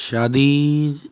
शादीज़